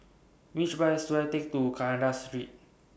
Which Bus should I Take to Kandahar Street